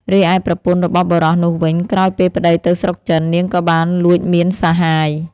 រីឯប្រពន្ធរបស់បុរសនោះវិញ ក្រោយពេលប្ដីទៅស្រុកចិន នាងក៏បានលួចមានសហាយ។